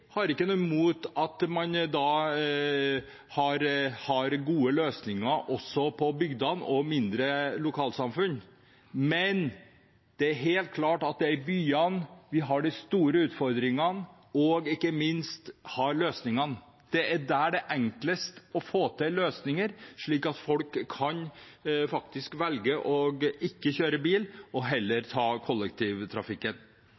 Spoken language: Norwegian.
har ikke noe imot at man har gode løsninger også på bygdene og i mindre lokalsamfunn, men det er helt klart at det er i byene vi har de store utfordringene og ikke minst har løsningene. Det er der det er enklest å få til løsninger, slik at folk kan velge å ikke kjøre bil,